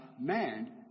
man